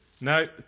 No